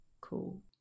cool